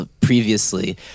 previously